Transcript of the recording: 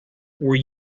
were